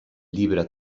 llibre